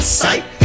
sight